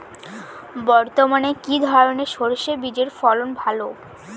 বর্তমানে কি ধরনের সরষে বীজের ফলন ভালো?